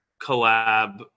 Collab